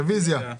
רביזיה.